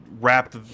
wrapped